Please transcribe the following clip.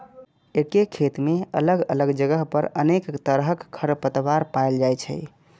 एके खेत मे अलग अलग जगह पर अनेक तरहक खरपतवार पाएल जाइ छै